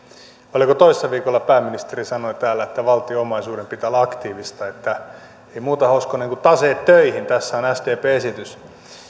oliko toissa viikolla pääministeri sanoi täällä että valtion omaisuuden pitää olla aktiivista että ei muuta hoskonen kuin taseet töihin tässä on sdpn esitys